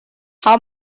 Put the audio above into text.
how